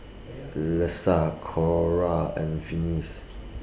Lesa Cora and Finis